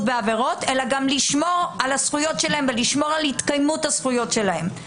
ועבירות אלא גם לשמור על הזכויות שלהם ולשמור על התקיימות הזכויות שלהם.